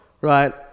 Right